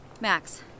Max